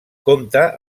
compte